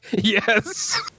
Yes